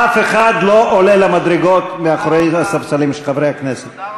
אף אחד לא עולה למדרגות מאחורי הספסלים של חברי הכנסת.